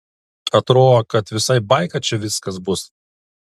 atro kad visai baika čia viskas bus